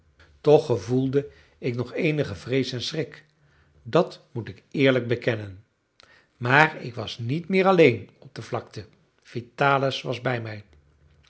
toch gevoelde ik nog eenige vrees en schrik dat moet ik eerlijk bekennen maar ik was niet meer alleen op de vlakte vitalis was bij mij